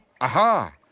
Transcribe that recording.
Aha